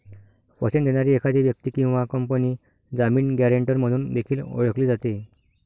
वचन देणारी एखादी व्यक्ती किंवा कंपनी जामीन, गॅरेंटर म्हणून देखील ओळखली जाते